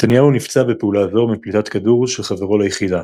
נתניהו נפצע בפעולה זו מפליטת כדור של חברו ליחידה.